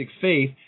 faith